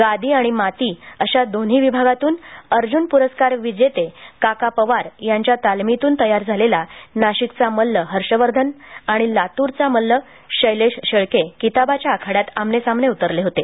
गादी आणि माती अशा दोन्ही विभागातून अर्जून प्रस्कार विजेते काका पवार यांच्या तालमीतून तयार झालेला नाशिकचा मल्ल हर्षवर्धन आणि लातुरचा मल्ल शैलेश शेळके किताबाच्या आखाड्यात आमनेसामने उतरले होते